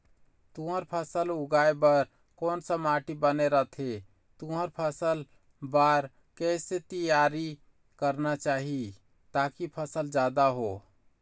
तुंहर फसल उगाए बार कोन सा माटी बने रथे तुंहर फसल बार कैसे तियारी करना चाही ताकि फसल जादा हो?